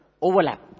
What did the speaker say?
Overlap